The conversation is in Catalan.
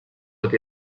tot